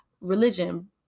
religion